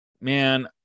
Man